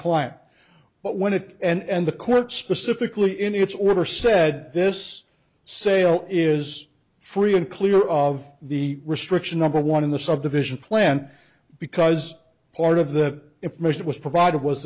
client but when it and the court specifically in its order said this sale is free and clear of the restriction number one in the subdivision plan because part of the if most it was provided was